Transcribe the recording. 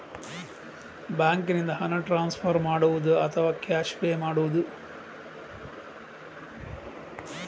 ಬ್ಯಾಂಕಿನಿಂದ ಹಣ ಟ್ರಾನ್ಸ್ಫರ್ ಮಾಡುವುದ ಅಥವಾ ಕ್ಯಾಶ್ ಪೇ ಮಾಡುವುದು?